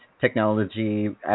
technology